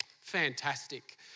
fantastic